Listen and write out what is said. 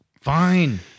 Fine